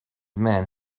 men